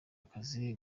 akazi